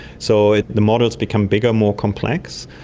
so the models become bigger, more complex.